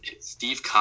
Steve